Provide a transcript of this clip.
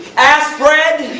ass bread!